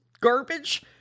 garbage